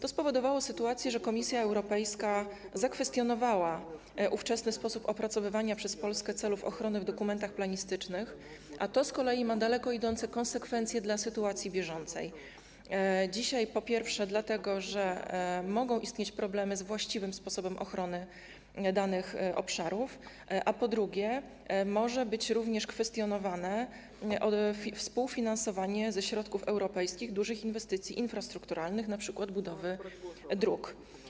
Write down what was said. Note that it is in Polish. To spowodowało sytuację, że Komisja Europejska zakwestionowała ówczesny sposób opracowywania przez Polskę celów ochrony w dokumentach planistycznych, a to z kolei ma daleko idące konsekwencje dla sytuacji bieżącej, dzisiaj, po pierwsze, dlatego że mogą istnieć problemy z właściwym sposobem ochrony danych obszarów, a po drugie, może być również kwestionowane współfinansowanie ze środków europejskich dużych inwestycji infrastrukturalnych, np. budowy dróg.